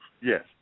Yes